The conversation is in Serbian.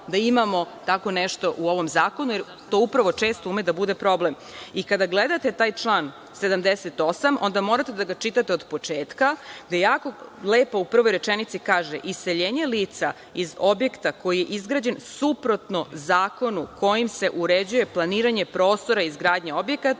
da imamo tako nešto u ovom zakonu, jer to upravo često ume da bude problem. Kada gledate taj član 78, onda morate da ga čitate od početka, gde se jako lepo u prvoj rečenici kaže: „Iseljenje lica iz objekta koji je izgrađen suprotno zakonu kojim se uređuje planiranje prostora i izgradnje objekata